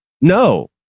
no